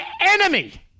enemy